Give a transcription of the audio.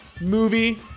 Movie